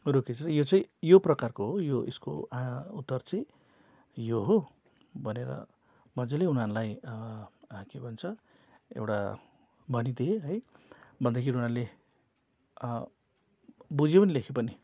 कुरो के छ यो चाहिँ यो प्रकारको हो यो यसको उत्तर चाहिँ यो हो भनेर मजाले उनीहरूलाई के भन्छ एउटा भनिदिएँ है भन्दाखेरि उनीहरूले बुझ्यो पनि लेख्यो पनि